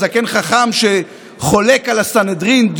זקן חכם שחולק על הסנהדרין,